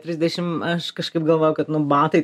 trisdešimt aš kažkaip galvoju kad nu batai